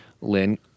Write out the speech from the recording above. Lynn